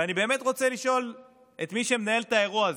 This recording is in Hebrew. ואני באמת רוצה לשאול את מי שמנהל את האירוע הזה: